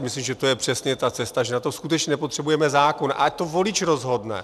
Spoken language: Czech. Myslím, že to je přesně ta cesta, že na to skutečně nepotřebujeme zákon a ať to volič rozhodne.